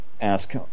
ask